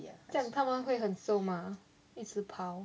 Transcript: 这样他们会很瘦吗一直跑